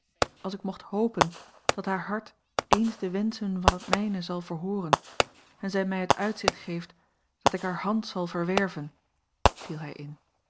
als ik mocht hopen dat haar hart eens de wenschen van het mijne zal verhooren en zij mij het uitzicht geeft dat ik hare hand zal verwerven viel hij in